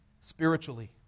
spiritually